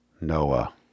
Noah